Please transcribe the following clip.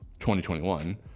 2021